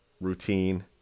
routine